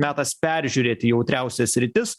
metas peržiūrėti jautriausias sritis